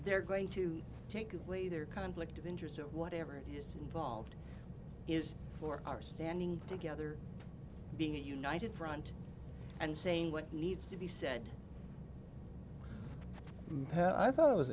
they're going to take away their conflict of interest or whatever it is involved is for our standing together being a united front and saying what needs to be said i thought it was